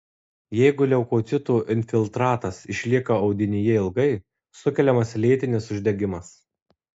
jeigu leukocitų infiltratas išlieka audinyje ilgai sukeliamas lėtinis uždegimas